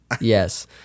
Yes